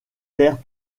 terres